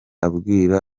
abwira